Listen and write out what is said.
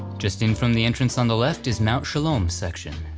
just in from the entrance on the left is mount shalom section.